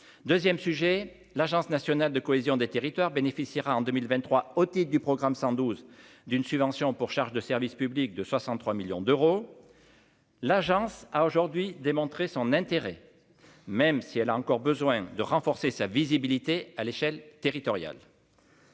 2ème sujet : l'agence nationale de cohésion des territoires bénéficiera en 2023 otite du programme 112 d'une subvention pour charges de service public de 63 millions d'euros, l'agence a aujourd'hui démontré son intérêt même si elle a encore besoin de renforcer sa visibilité à l'échelle territoriale.